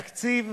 תקציב